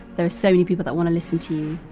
there are so many people that want to listen to you.